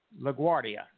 LaGuardia